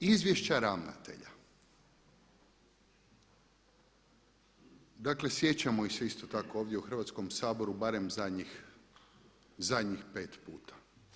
Izvješća ravnatelja, dakle sjećamo ih se isto tako ovdje u Hrvatskom saboru barem zadnjih pet puta.